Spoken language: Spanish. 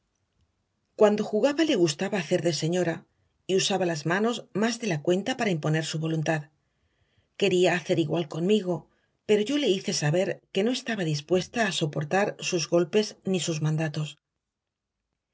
cuando jugaba le gustaba hacer de señora y usaba las manos más de la cuenta para imponer su voluntad quería hacer igual conmigo pero yo le hice saber que no estaba dispuesta a soportar sus golpes ni sus mandatos